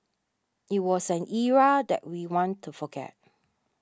it was an era that we want to forget